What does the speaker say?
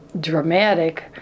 dramatic